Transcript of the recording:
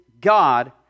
God